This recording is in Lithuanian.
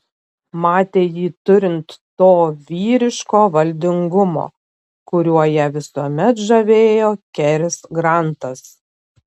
matė jį turint to vyriško valdingumo kuriuo ją visuomet žavėjo keris grantas